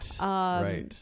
Right